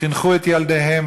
חינכו את ילדיהם,